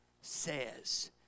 says